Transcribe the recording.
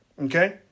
okay